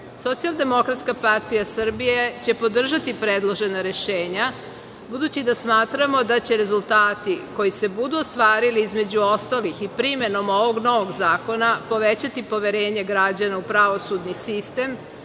celosti. Socijaldemokratska partija Srbije će podržati predložena rešenja, budući da smatramo da će rezultati koji se budu ostvarili između ostalih i primenom ovog novog zakona, povećati poverenje građana u pravosudni sistem,